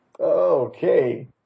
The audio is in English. Okay